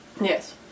Yes